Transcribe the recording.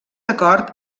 acord